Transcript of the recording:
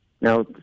Now